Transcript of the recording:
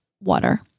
water